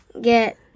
get